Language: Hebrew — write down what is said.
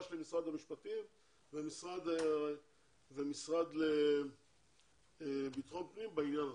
של משרד המשפטים והמשרד לביטחון פנים.